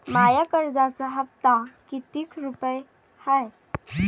माया कर्जाचा हप्ता कितीक रुपये हाय?